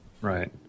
Right